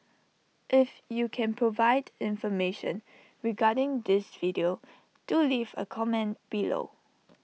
if you can provide information regarding this video do leave A comment below